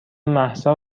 مهسا